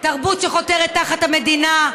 תרבות שחותרת תחת המדינה,